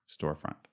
storefront